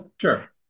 sure